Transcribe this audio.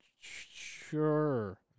Sure